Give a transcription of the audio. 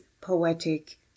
poetic